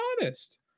honest